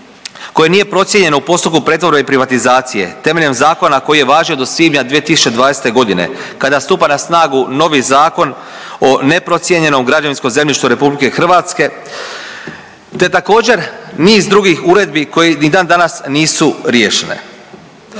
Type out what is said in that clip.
koje nije procijenjeno u postupku pretvorbe i privatizacije temeljem zakona koji je važio do svibnja 2020.g. kada stupa na snagu novi zakon o neprocijenjenom građevinskom zemljištu RH, te također niz drugih uredbi koje ni dan danas nisu riješene.